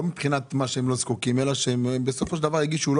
לא מבחינת זה שהם לא זקוקים אלא בסופו של דבר הגישו לא